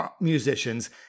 musicians